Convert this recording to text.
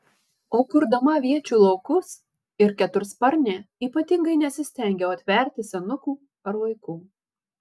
o kurdama aviečių laukus ir ketursparnę ypatingai nesistengiau atverti senukų ar vaikų